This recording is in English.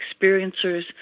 experiencers